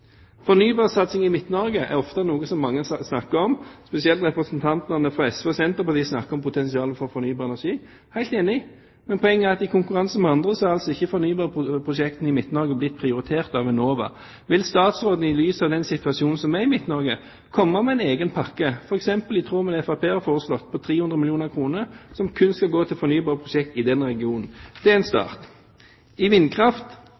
fornybar energi – helt enig. Men poenget er at i konkurranse med andre er altså ikke fornybarprosjektene i Midt-Norge blitt prioritert av Enova. Vil statsråden i lys av den situasjonen som er i Midt-Norge, komme med en egen pakke, f.eks. i tråd med det Fremskrittspartiet har foreslått på 300 mill. kr, som kun skal gå til fornybarprosjekter i den regionen? Det er en start. Med hensyn til vindkraft: Vil statsråden oppklare de utsagnene mange i